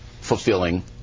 fulfilling